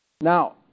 Now